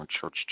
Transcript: Church